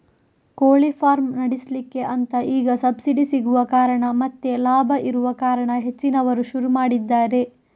ಕೋಳಿ ಫಾರ್ಮ್ ನಡೆಸ್ಲಿಕ್ಕೆ ಅಂತ ಈಗ ಸಬ್ಸಿಡಿ ಸಿಗುವ ಕಾರಣ ಮತ್ತೆ ಲಾಭ ಇರುವ ಕಾರಣ ಹೆಚ್ಚಿನವರು ಶುರು ಮಾಡಿದ್ದಾರೆ